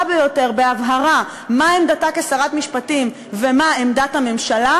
ביותר בהבהרה מהי עמדתה כשרת המשפטים ומהי עמדת הממשלה,